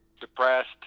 depressed